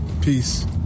Peace